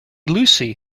lucy